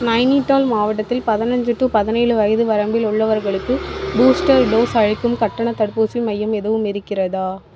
நைனிடால் மாவட்டத்தில் பதினஞ்சி டு பதினேழு வயது வரம்பில் உள்ளவர்களுக்கு பூஸ்டர் டோஸ் அளிக்கும் கட்டணத் தடுப்பூசி மையம் எதுவும் இருக்கிறதா